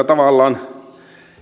tavallaan